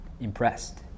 impressed